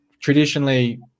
traditionally